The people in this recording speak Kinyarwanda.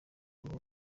rwo